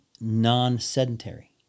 non-sedentary